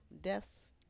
deaths